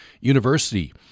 University